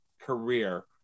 career